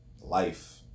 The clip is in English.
life